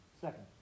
Second